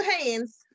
hands